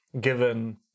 given